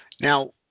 Now